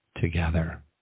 together